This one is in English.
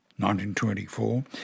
1924